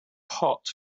hot